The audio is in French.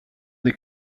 des